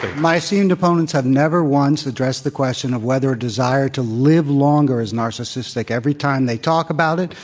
but my esteemed opponents have never once addressed the question of whether a desire to live longer is narcissistic. every time they talk about it,